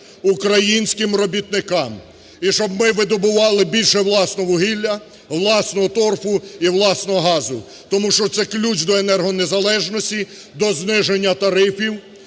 українським робітникам, і щоб ми видобували більше власного вугілля, власного торфу і власного газу, тому що це ключ до енерогонезалежності, до зниження тарифів,